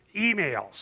emails